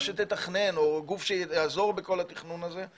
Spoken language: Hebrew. שתתכנן או גוף שיעזור בכל התכנון הזה,